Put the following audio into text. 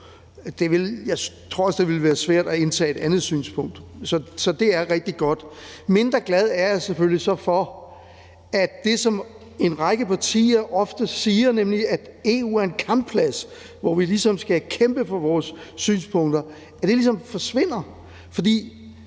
Jeg tror også, det ville være svært at indtage et andet synspunkt, så det er rigtig godt. Jeg er mindre glad for, at det, som en række partier ofte siger, nemlig at EU er en campingplads, hvor vi ligesom skal kæmpe for vores synspunkter, ligesom forsvinder, for